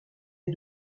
ier